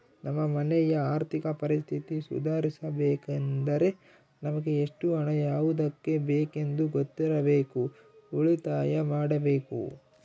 ನಮ್ಮ ಮನೆಯ ಆರ್ಥಿಕ ಪರಿಸ್ಥಿತಿ ಸುಧಾರಿಸಬೇಕೆಂದರೆ ನಮಗೆ ಎಷ್ಟು ಹಣ ಯಾವುದಕ್ಕೆ ಬೇಕೆಂದು ಗೊತ್ತಿರಬೇಕು, ಉಳಿತಾಯ ಮಾಡಬೇಕು